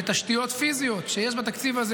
בתשתיות פיזיות שיש בתקציב הזה,